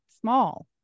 small